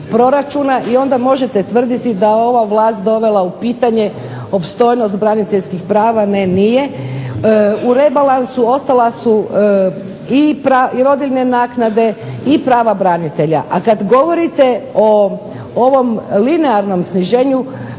i onda možete tvrditi da je ova vlast dovela u pitanje opstojnost braniteljskih prava, ne nije. U rebalansu ostala su i rodiljne naknade i prava branitelja. A kada govorite o ovom linearnom sniženju